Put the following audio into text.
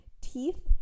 teeth